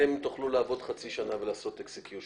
אתם תוכלו לעבוד חצי שנה ולעשות execution,